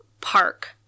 Park